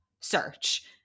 search